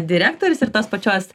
direktorius ir tos pačios